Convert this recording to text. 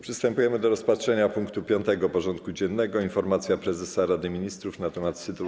Przystępujemy do rozpatrzenia punktu 5. porządku dziennego: Informacja prezesa Rady Ministrów nt. sytuacji.